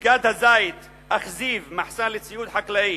מסגד הזית באכזיב, מחסן לציוד חקלאי,